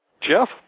Jeff